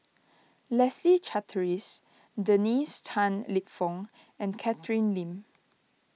Leslie Charteris Dennis Tan Lip Fong and Catherine Lim